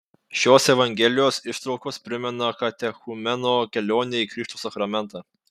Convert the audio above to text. šios evangelijos ištraukos primena katechumeno kelionę į krikšto sakramentą